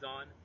on